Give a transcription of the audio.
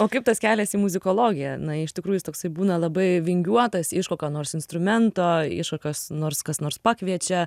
o kaip tas kelias į muzikologiją na iš tikrųjų jis toksai būna labai vingiuotas iš kokio nors instrumento iš kokios nors kas nors pakviečia